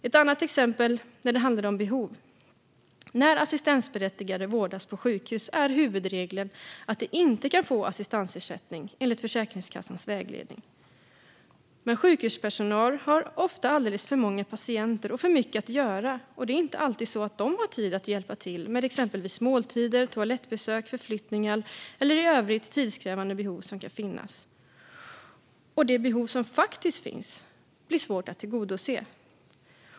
Ett annat exempel när det handlar om behov: När assistansberättigade vårdas på sjukhus är huvudregeln att de inte kan få assistansersättning, enligt Försäkringskassans vägledning. Men sjukhuspersonal har ofta alldeles för många patienter och för mycket att göra. Det är inte alltid så att de har tid att hjälpa till med till exempel måltider, toalettbesök, förflyttningar eller i övrigt tidskrävande behov som kan finnas. Det behov som faktiskt finns blir svårt att tillgodose.